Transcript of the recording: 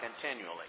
continually